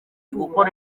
gukora